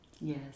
Yes